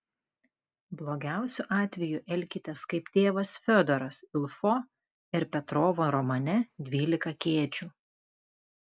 blogiausiu atveju elkitės kaip tėvas fiodoras ilfo ir petrovo romane dvylika kėdžių